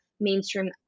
mainstream